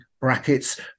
brackets